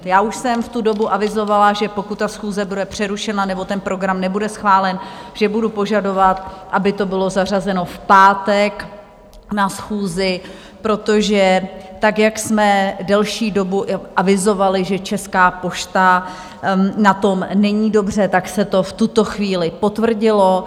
Já už jsem v tu dobu avizovala, že pokud ta schůze bude přerušena nebo program nebude schválen, že budu požadovat, aby to bylo zařazeno v pátek na schůzi, protože jak jsme delší dobu avizovali, že Česká pošta na tom není dobře, tak se to v tuto chvíli potvrdilo.